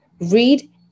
Read